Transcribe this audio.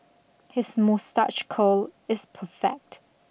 his moustache curl is perfect